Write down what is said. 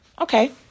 Okay